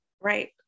Right